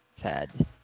Sad